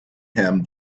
him